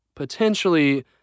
potentially